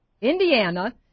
Indiana